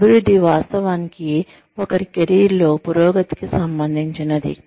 అభివృద్ధి వాస్తవానికి ఒకరి కెరీర్లో పురోగతికి సంబంధించినది